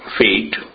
feet